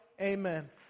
Amen